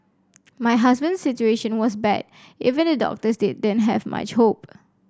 my husband's situation was bad even the doctors didn't have much hope